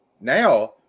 now